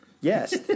Yes